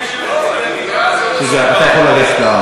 אל תהיה, אתה יכול לגשת,